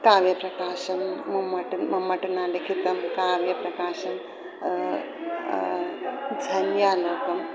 काव्यप्रकाशः मम्मटः मम्मटेन लिखितः काव्यप्रकाशः ध्वन्यालोकः